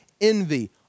envy